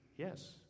Yes